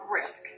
risk